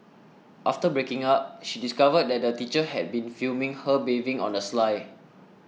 after breaking up she discovered that the teacher had been filming her bathing on the sly